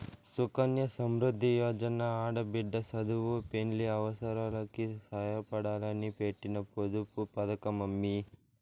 సుకన్య సమృద్ది యోజన ఆడబిడ్డ సదువు, పెండ్లి అవసారాలకి సాయపడాలని పెట్టిన పొదుపు పతకమమ్మీ